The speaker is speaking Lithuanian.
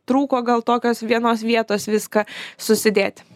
trūko gal tokios vienos vietos viską susidėti